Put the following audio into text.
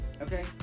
okay